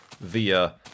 via